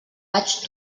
vaig